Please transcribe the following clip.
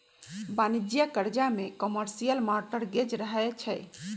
वाणिज्यिक करजा में कमर्शियल मॉर्टगेज रहै छइ